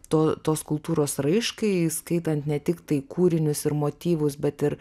to tos kultūros raiškai skaitant ne tiktai kūrinius ir motyvus bet ir